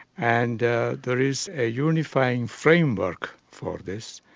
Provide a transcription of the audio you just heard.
and there is a unifying framework for this,